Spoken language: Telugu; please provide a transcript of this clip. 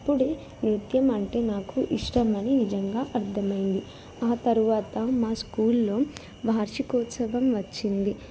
అప్పుడే నృత్యం అంటే నాకు ఇష్టమని నిజంగా అర్థమైంది ఆ తరువాత మా స్కూల్లో వార్షికోత్సవం వచ్చింది